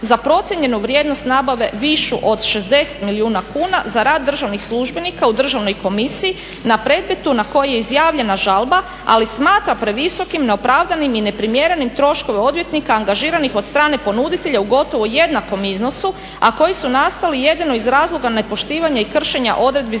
za procijenjenu vrijednost nabave višu od 60 milijuna kuna za rad državnih službenika u državnoj komisiji na predmetu na koji je izjavljena žalba, ali smatra previsokim neopravdanim i neprimjerenim troškove odvjetnika angažiranih od strane ponuditelja u gotovo jednakom iznosu, a koji su nastali jedino iz razloga nepoštivanja i kršenja odredbi